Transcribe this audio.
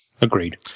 Agreed